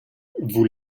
vous